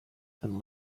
and